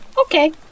Okay